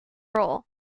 roll